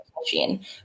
machine